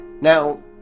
Now